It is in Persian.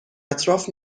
اطراف